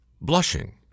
blushing